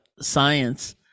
science